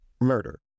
murder